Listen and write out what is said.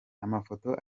amafoto